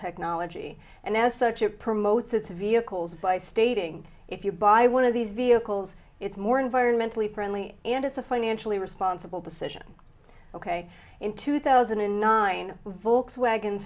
technology and as such it promotes its vehicles by stating if you buy one of these vehicles it's more environmentally friendly and it's a financially responsible decision ok in two thousand and nine volkswagen